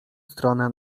stronę